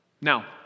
Now